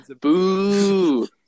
boo